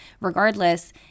Regardless